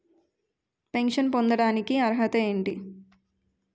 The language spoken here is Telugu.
పెన్షన్ పొందడానికి అర్హత ఏంటి?